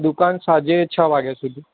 દુકાન સાંજે છ વાગ્યા સુધી